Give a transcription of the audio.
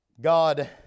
God